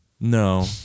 No